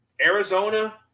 Arizona